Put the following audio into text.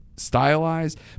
Stylized